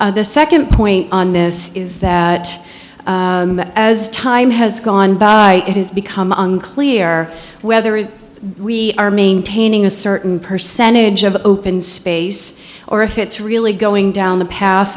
the second point on this is that as time has gone by it has become unclear whether it we are maintaining a certain percentage of open space or if it's really going down the path